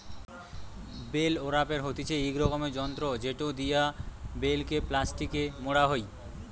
bell ওরাপের হতিছে ইক রকমের যন্ত্র জেটো দিয়া বেল কে প্লাস্টিকে মোড়া হই